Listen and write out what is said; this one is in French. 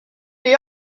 est